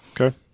Okay